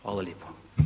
Hvala lijepa.